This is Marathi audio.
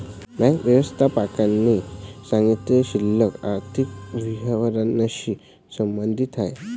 बँक व्यवस्थापकाने सांगितलेली शिल्लक आर्थिक विवरणाशी संबंधित आहे